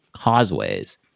causeways